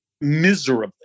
miserably